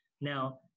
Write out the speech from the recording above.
Now